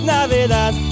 Navidad